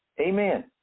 Amen